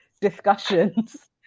discussions